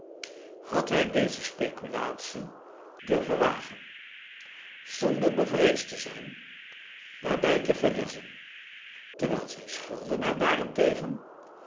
had hij deze speculatie durven wagen zonder bevreesd te zijn daarbij te verliezen terwijl zijn schuldenaar daarentegen